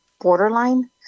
borderline